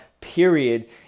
period